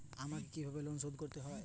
আমাকে কিভাবে লোন শোধ করতে হবে?